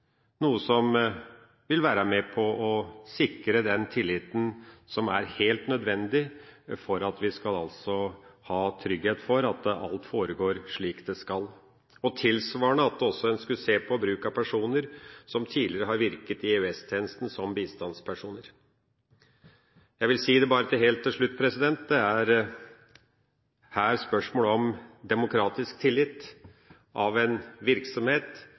noe som vil være med på å sikre den tilliten som er helt nødvendig for at vi skal ha trygghet for at alt foregår slik det skal – og tilsvarende at en også skal se på bruk av personer som tidligere har virket i EOS-tjenesten som bistandspersoner. Jeg vil helt til slutt si at det her er spørsmål om demokratisk tillit til en virksomhet